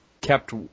kept